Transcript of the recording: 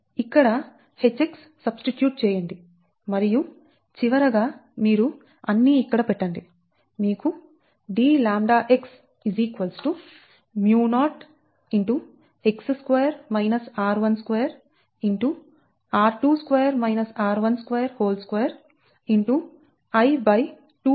ఇక్కడ Hx substitute చేయండి మరియు చివరగా మీరు అన్ని ఇక్కడ పెట్టండి మీకు dλx 𝛍0x2 r12r22 r122